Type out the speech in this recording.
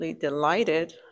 delighted